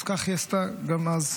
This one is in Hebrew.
אז כך היא עשתה גם אז.